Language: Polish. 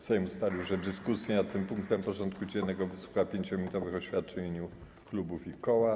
Sejm ustalił, że w dyskusji nad tym punktem porządku dziennego wysłucha 5-minutowych oświadczeń w imieniu klubów i koła.